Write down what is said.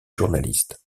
journaliste